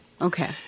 Okay